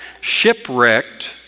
shipwrecked